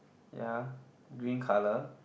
ya green colour